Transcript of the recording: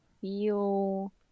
feel